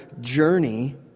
journey